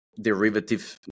derivative